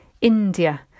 India